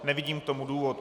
Nevidím k tomu důvod.